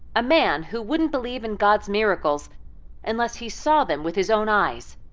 a man who wouldn't believe in god's miracles unless he saw them with his own eyes.